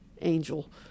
angel